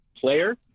Player